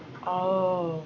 orh